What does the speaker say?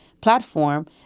platform